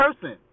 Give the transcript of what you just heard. person